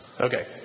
Okay